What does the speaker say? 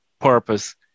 purpose